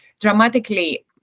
dramatically